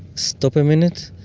stop a minute.